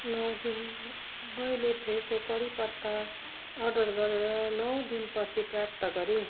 नौ दिन मैले फ्रेसो कढिपत्ता अर्डर गरेर नौ दिनपछि प्राप्त गरेँ